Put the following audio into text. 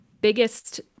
biggest